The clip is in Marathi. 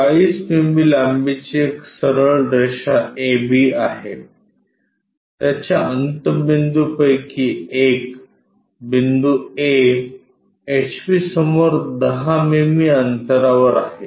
40 मिमी लांबीची एक सरळ रेषा AB आहे त्याच्या अंत्यबिंदू पैकी एक बिंदू A एचपी समोर 10 मिमी अंतरावर आहे